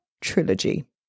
Trilogy